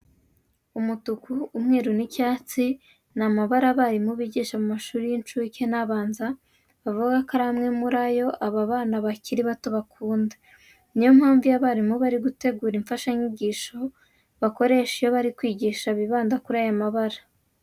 Umutuku, umweru n'icyatsi ni amabara abarimu bigisha mu mashuri y'incuke n'abanza bavuga ko ari amwe mu yo aba bana bakiri bato bakunda. Ni yo mpamvu iyo abarimu bari gutegura imfashanyigisho bakoresha iyo bari kwigisha bibanda kuri aya mabara.